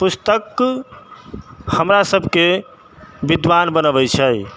पुस्तक हमरा सबके विद्वान बनबै छै